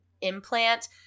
implant